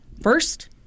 First